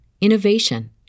innovation